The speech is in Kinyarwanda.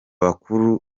bakuru